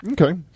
Okay